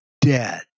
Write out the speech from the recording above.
dead